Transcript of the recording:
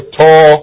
tall